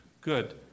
Good